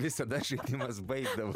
visada švietimas baigdavosi